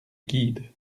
guide